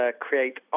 create